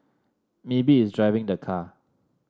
maybe it's driving the car